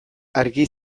argi